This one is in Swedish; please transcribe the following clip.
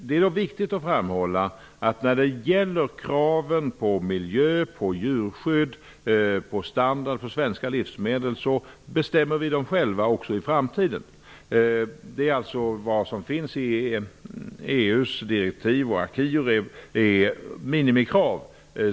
Det är dock viktigt att framhålla att vi även i framtiden bestämmer kraven på miljö, djurskydd och standard på svenska livsmedel. I EU:s direktiv och acquis finns minimikrav.